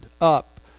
up